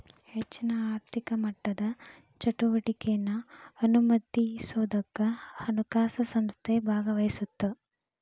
ಹೆಚ್ಚಿನ ಆರ್ಥಿಕ ಮಟ್ಟದ ಚಟುವಟಿಕೆನಾ ಅನುಮತಿಸೋದಕ್ಕ ಹಣಕಾಸು ಸಂಸ್ಥೆ ಭಾಗವಹಿಸತ್ತ